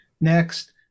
Next